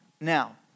Now